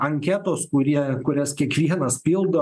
anketos kurie kurias kiekvienas pildo